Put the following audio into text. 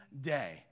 day